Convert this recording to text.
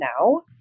now